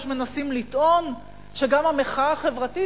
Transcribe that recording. יש שמנסים לטעון שגם המחאה החברתית